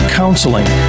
counseling